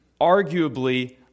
arguably